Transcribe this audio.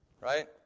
Right